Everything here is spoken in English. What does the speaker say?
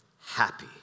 happy